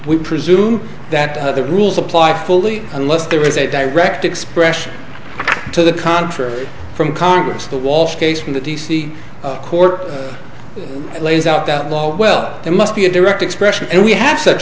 we presume that the rules apply fully unless there is a direct expression to the contrary from congress the walsh case from the d c court lays out that law well there must be a direct expression and we have such